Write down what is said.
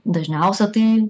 dažniausia tai